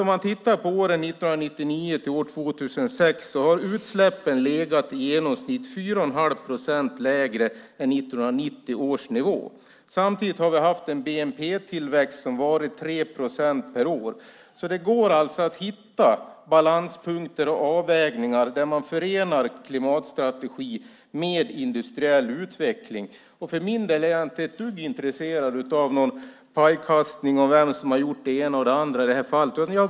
Om man tittar på åren 1999-2006 ser man att utsläppen i genomsnitt har legat 4,5 procent lägre än 1990 års nivå. Samtidigt har vi haft en bnp-tillväxt som varit 3 procent per år. Det går att hitta balanspunkter och avvägningar där man förenar klimatstrategi med industriell utveckling. För min del är jag inte ett dugg intresserad av någon pajkastning om vem som har gjort det ena eller det andra i det här fallet.